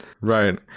Right